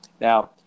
Now